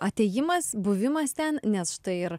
atėjimas buvimas ten nes štai ir